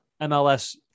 MLS